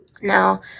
Now